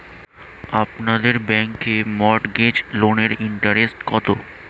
আপনাদের ব্যাংকে মর্টগেজ লোনের ইন্টারেস্ট কত?